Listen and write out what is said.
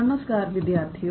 नमस्कार विद्यार्थियों